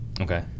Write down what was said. Okay